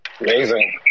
Amazing